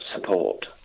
support